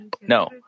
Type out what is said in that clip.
No